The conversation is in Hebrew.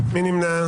מי נמנע?